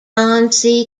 john